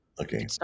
okay